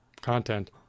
content